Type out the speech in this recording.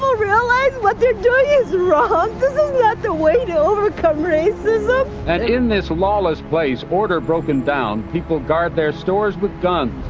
ah realize what they're doing is wrong? this is not the way to overcome racism. morrison and in this lawless place, order broken down, people guard their stores with guns.